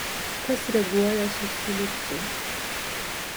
kas reaguoja su siliciu